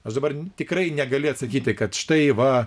aš dabar tikrai negaliu atsakyti kad štai va